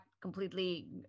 Completely